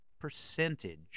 percentage